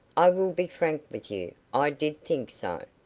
i will be frank with you. i did think so.